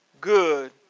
good